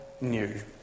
new